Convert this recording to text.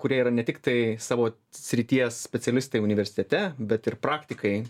kurie yra ne tiktai savo srities specialistai universitete bet ir praktikai